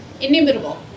Inimitable